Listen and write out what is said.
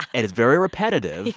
and it's very repetitive. yeah.